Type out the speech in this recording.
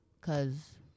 cause